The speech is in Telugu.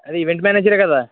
అదే ఈవెంట్ మ్యానేజరే కదా